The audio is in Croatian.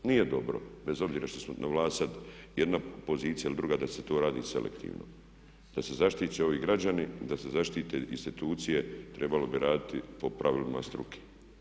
Nije dobro bez obzira što su na vlasti sad jedna pozicija ili druga da se to radi selektivno, da se zaštite ovi građani, da se zaštite institucije trebalo bi raditi po pravilima struke.